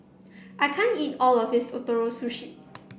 i can't eat all of this Ootoro Sushi